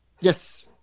Yes